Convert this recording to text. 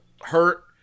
hurt